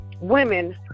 women